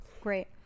great